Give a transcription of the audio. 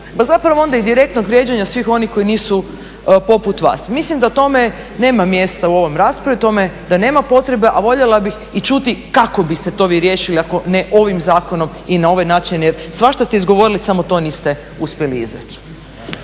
pa onda i direktnog vrijeđanja svih onih koji nisu poput vas. Mislim da tome nema mjesta u ovoj raspravi tome da nema potreba, a voljela bih i čuti kako biste to vi riješili ako ne ovim zakonom i na ovaj način jer svašta ste izgovorili samo to niste uspjeli izreći.